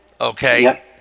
Okay